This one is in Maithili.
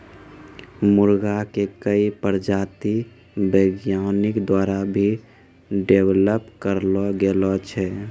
मुर्गा के कई प्रजाति वैज्ञानिक द्वारा भी डेवलप करलो गेलो छै